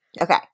Okay